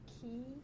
key